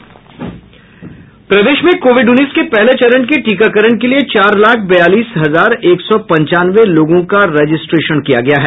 प्रदेश में कोविड उन्नीस के पहले चरण के टीकाकरण के लिए दो लाख बयालीस हजार एक सौ पंचानवे लोगों का रजिस्ट्रेशन किया गया है